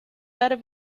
dar